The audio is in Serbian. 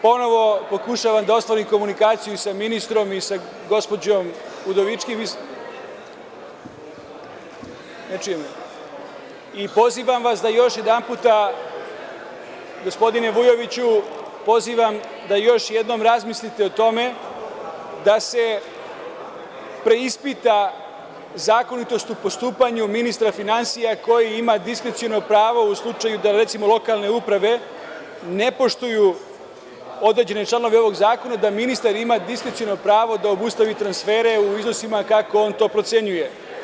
Ponovo pokušavam da ostvarim komunikaciju sa ministrom i sa gospođom Udovički i pozivam vas da još jednom razmislite o tome da se preispita zakonitost u postupanju ministra finansija koji ima diskreciono pravo u slučaju da, recimo, lokalne uprave ne poštuju određene članove ovog zakona, da ministar ima diskreciono pravo da obustavi transfere u iznosima kako on to procenjuje.